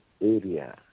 area